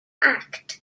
act